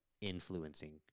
influencing